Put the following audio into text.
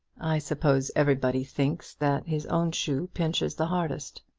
i suppose everybody thinks that his own shoe pinches the hardest.